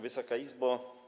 Wysoka Izbo!